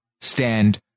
stand